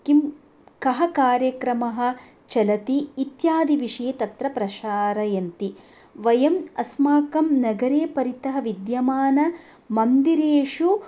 किं कः कार्यक्रमः चलति इत्यादिविषये तत्र प्रसारयन्ति वयम् अस्माकं नगरे परितः विद्यमानमन्दिरेषु